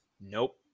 Nope